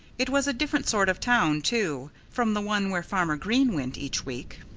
it was a different sort of town, too, from the one where farmer green went each week.